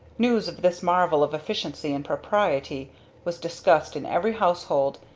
news of this marvel of efficiency and propriety was discussed in every household,